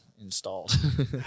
installed